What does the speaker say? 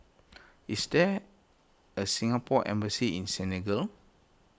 is there a Singapore Embassy in Senegal